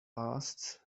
lasts